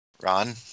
Ron